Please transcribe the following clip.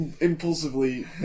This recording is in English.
impulsively